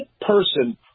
person